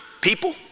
people